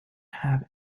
have